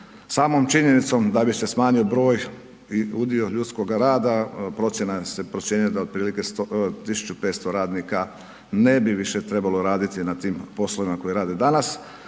samom činjenicom da bi se smanjio broj i udio ljudskog rada, procjena se procjenjuje da otprilike 1500 radnika ne bi više trebalo raditi na tim poslovima koji rade danas,